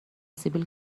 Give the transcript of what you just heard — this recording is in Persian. سیبیل